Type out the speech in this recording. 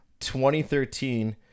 2013